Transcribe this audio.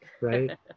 right